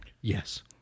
Yes